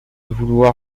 vouloir